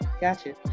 Gotcha